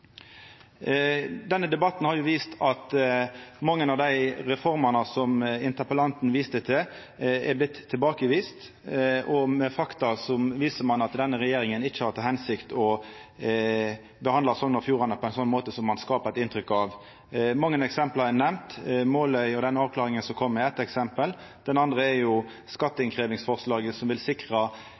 Denne debatten har vist at mange av dei reformene som interpellanten viste til, har vorte tilbakeviste, og at ein med fakta viser at denne regjeringa ikkje har til hensikt å behandla Sogn og Fjordane på ein sånn måte som ein skaper eit inntrykk av. Mange eksempel er nemnde. Måløy og den avklaringa som kom, er eitt eksempel. Eit anna er forslaget om lokalisering når det gjeld skatteinnkrevjing, som vil sikra